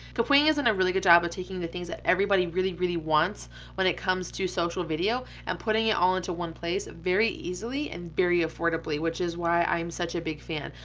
kapwing is doing and a really good job of taking the things that everybody really, really wants when it comes to social video, and putting it all into one place very easily and very affordably, which is why i'm such a big fan.